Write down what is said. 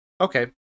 Okay